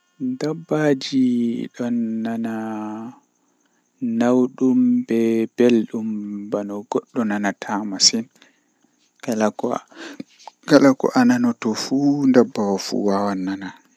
Ndikka mi huwi nde gotel awa sappo e joye haa nyalande ngam bone ngam bone man pat jei wakkati goyel on mi hawra mi huwa wakkati man tan tomi dilloto mi metata lorugo sei asaweere feere nyalandeeji ko lutti do fuu midon siwto amma to mivi mi huwan kala nde weeti fuu bone man duddum